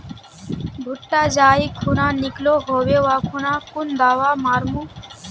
भुट्टा जाई खुना निकलो होबे वा खुना कुन दावा मार्मु?